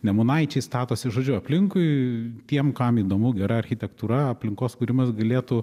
nemunaičiai statosi žodžiu aplinkui tiem kam įdomu gera architektūra aplinkos kūrimas galėtų